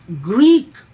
Greek